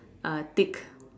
uh thick